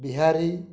Bihari